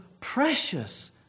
precious